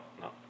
No